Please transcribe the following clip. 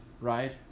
Right